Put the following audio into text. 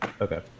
Okay